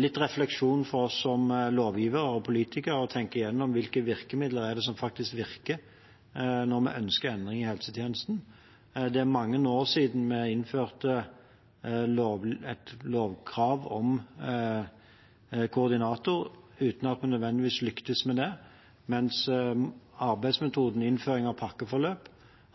litt refleksjon fra oss som lovgivere og politikere – å tenke gjennom hvilke virkemidler det er som faktisk virker når vi ønsker endring i helsetjenesten. Det er mange år siden vi innførte et lovkrav om koordinator, uten at vi nødvendigvis lyktes med det, mens arbeidsmetoden, innføring av pakkeforløp,